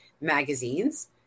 magazines